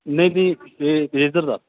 ਨਹੀਂ ਜੀ ਇਹ ਰੇਜ਼ਰ ਦਾ